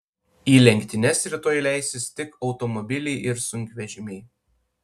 į lenktynes rytoj leisis tik automobiliai ir sunkvežimiai